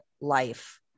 life